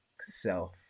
self